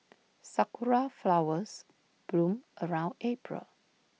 Sakura Flowers bloom around April